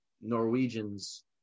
Norwegian's